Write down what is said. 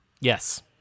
Yes